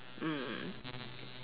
mm